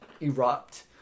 erupt